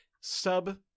Sub